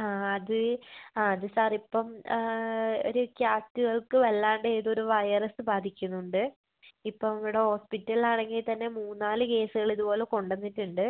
ആ അത് അത് സാറിപ്പം ഒരു ക്യാറ്റുകൾക്ക് വല്ലാണ്ട് ഏതോ ഒരു വൈറസ് ബാധിക്കുന്നുണ്ട് ഇപ്പോൾ ഇവിടേ ഹോസ്പ്പിറ്റലിലാണെങ്കിൽ തന്നെ മൂന്നാല് കേസ്കൾ ഇതുപോലേ കൊണ്ടന്നിടിടിയുണ്ട്